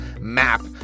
map